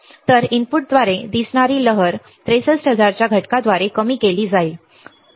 तर इनपुटद्वारे दिसणारी लहर 63000 च्या घटकाद्वारे कमी केली जाईल